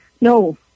No